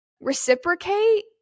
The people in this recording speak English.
reciprocate